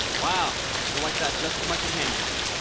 wow, she'll like that just as much as hamilton.